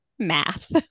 math